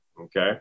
Okay